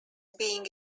being